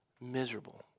miserable